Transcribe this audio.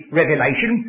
Revelation